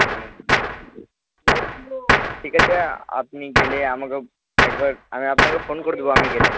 হুম ঠিক আছে আপনি গেলে আমাকে একবার আমি আপনাকে ফোন করে দেবো আমি গেলে